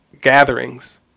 gatherings